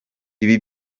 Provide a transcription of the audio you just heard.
ibi